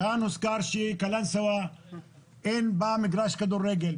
כאן הוזכר שבקלנסואה אין מגרש כדורגל.